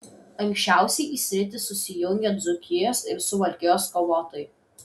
anksčiausiai į sritį susijungė dzūkijos ir suvalkijos kovotojai